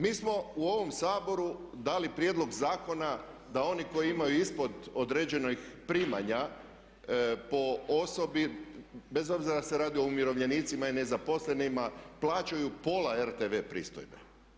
Mi smo u ovom Saboru dali prijedlog zakona da oni koji imaju ispod određenih primanja po osobi bez obzira da li se radi o umirovljenicima i nezaposlenima plaćaju pola RTV pristojbe.